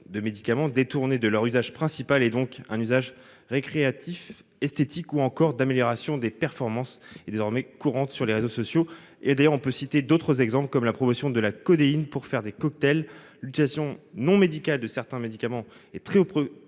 de médicaments détournés de leur usage principal et donc un usage récréatif esthétique ou encore d'amélioration des performances est désormais courante sur les réseaux sociaux et d'ailleurs on peut citer d'autres exemples comme la promotion de la codéine, pour faire des cocktails, l'éducation non médical de certains médicament est très